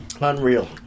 Unreal